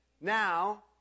Now